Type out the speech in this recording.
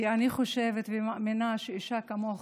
כי אני חושבת ומאמינה שאישה כמוך,